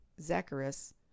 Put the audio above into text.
Zacharias